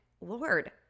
lord